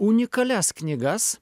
unikalias knygas